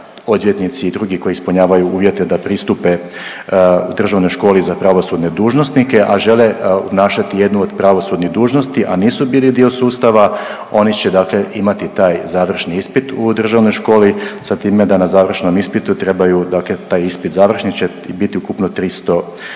odvjetnici i drugi koji ispunjavaju uvjete da pristupe Državnoj školi za pravosudne dužnosnike, a žele obnašati jednoj od pravosudnih dužnosti, a nisu bili dio sustava, oni će dakle, imati taj završni ispit u Državnoj školi, sa time da na završnom ispitu trebaju, dakle taj ispit završni će biti ukupno 300